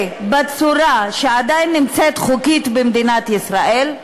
בצורה שעדיין נמצאת חוקית במדינת ישראל,